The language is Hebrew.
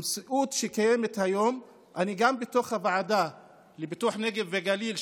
גם בוועדה לפיתוח הנגב והגליל,